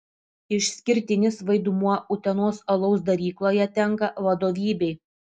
išskirtinis vaidmuo utenos alaus darykloje tenka vadovybei